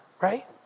Right